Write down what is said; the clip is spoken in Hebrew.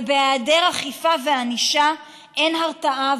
ובהיעדר אכיפה וענישה אין הרתעה,